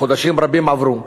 חודשים רבים עברו,